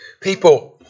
People